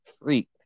freak